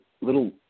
little